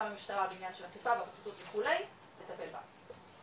מהמשטרה בעניין של אכיפה וכו' לטפל בה.